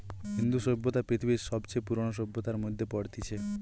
ইন্দু সভ্যতা পৃথিবীর সবচে পুরোনো সভ্যতার মধ্যে পড়তিছে